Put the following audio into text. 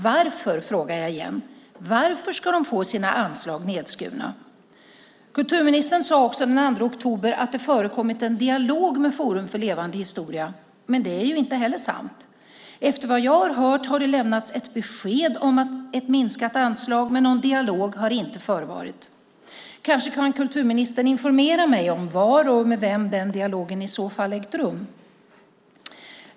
Varför, frågar jag igen, ska de få sina anslag nedskurna? Kulturministern sade den 2 oktober också att det förekommit en dialog med Forum för levande historia, men inte heller det är sant. Efter vad jag hört har det lämnats ett besked om ett minskat anslag, men någon dialog har inte förevarit. Kanske kan kulturministern informera mig om var och med vem den dialogen i så fall ägt rum.